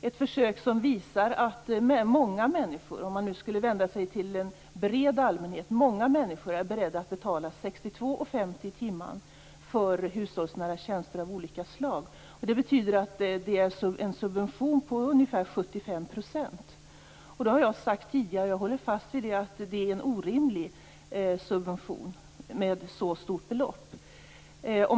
Det försöket visar att många människor - om man skulle vända sig till en bred allmänhet - är beredda att betala 62:50 kr i timmen för hushållsnära tjänster av olika slag. Det betyder att det är en subvention på ungefär 75 %. Jag har då tidigare sagt, och jag håller fast vid det, att det är orimligt med en subvention med ett så stort belopp.